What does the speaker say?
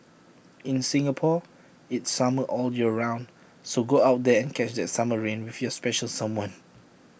in Singapore it's summer all year round so go out there and catch that summer rain with your special someone